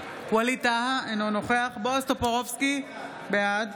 ווליד טאהא, אינו נוכח בועז טופורובסקי, בעד